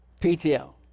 PTL